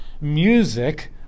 music